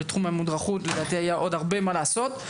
בתחום המודרכות לדעתי היה עוד הרבה מה לעשות,